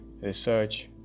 research